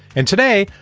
and today,